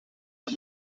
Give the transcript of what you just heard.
hat